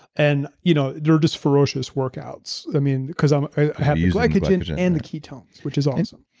and you know they're just ferocious workouts. i mean, because um i have the glycogen and the ketones, which is awesome.